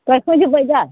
गायखांजोब्बाय दा